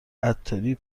عطاری